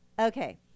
Okay